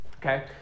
Okay